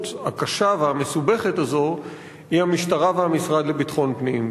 הקשה והמסובכת הזאת היא המשטרה והמשרד לביטחון פנים,